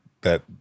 that-